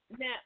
now